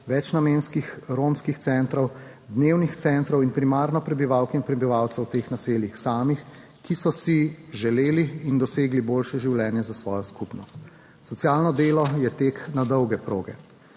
večnamenskih romskih centrov, dnevnih centrov in primarno prebivalk in prebivalcev v teh naseljih samih, ki so si želeli in dosegli boljše življenje za svojo skupnost. Socialno delo je tek na dolge proge.